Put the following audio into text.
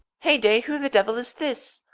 heyday, who the devil is this?